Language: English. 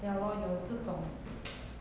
ya lor 有这种